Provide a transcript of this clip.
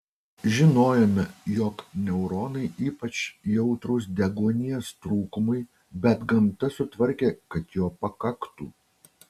žinojome jog neuronai ypač jautrūs deguonies trūkumui bet gamta sutvarkė kad jo pakaktų